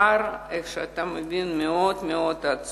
הפער, כמו שאתה מבין, הוא עצום,